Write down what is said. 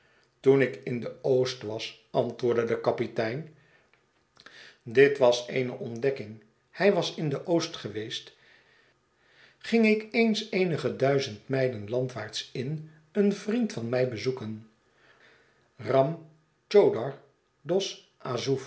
toen ik in de oost was antwoordde de kapitein dit was eene ontdekking hij was in de oost geweest ging ik eens eenige duizend mijlen landwaarts in een vriend van mij bezoeken